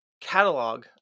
catalog